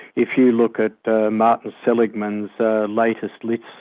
if you look at martin seligman's latest list,